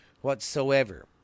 whatsoever